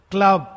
Club